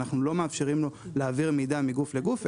אנחנו לא מאפשרים לו להעביר מידע מגוף לגוף,